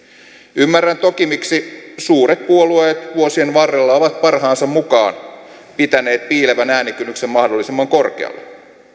ymmärrän toki miksi suuret puolueet vuosien varrella ovat parhaansa mukaan pitäneet piilevän äänikynnyksen mahdollisimman korkealla